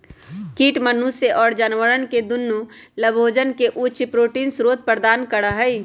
कीट मनुष्य और जानवरवन के दुन्नो लाभोजन के उच्च प्रोटीन स्रोत प्रदान करा हई